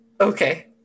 Okay